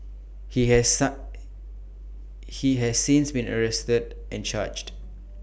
he has he has since been arrested and charged